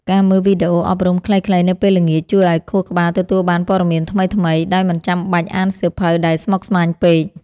ការមើលវីដេអូអប់រំខ្លីៗនៅពេលល្ងាចជួយឱ្យខួរក្បាលទទួលបានព័ត៌មានថ្មីៗដោយមិនចាំបាច់អានសៀវភៅដែលស្មុគស្មាញពេក។